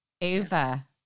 Ava